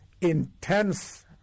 intense